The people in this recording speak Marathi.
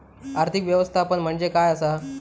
आर्थिक व्यवस्थापन म्हणजे काय असा?